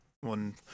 one